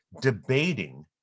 debating